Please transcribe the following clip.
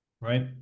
right